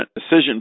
decision